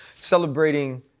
celebrating